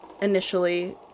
initially